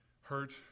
hurt